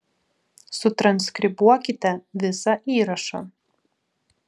sutranskribuokite visą įrašą